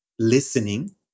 listening